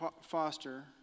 Foster